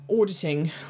Auditing